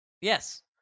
Yes